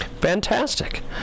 fantastic